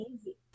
easy